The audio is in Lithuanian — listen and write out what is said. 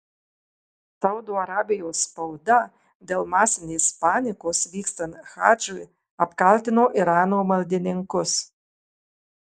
saudo arabijos spauda dėl masinės panikos vykstant hadžui apkaltino irano maldininkus